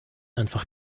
einfach